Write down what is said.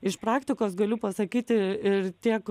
iš praktikos galiu pasakyti ir tiek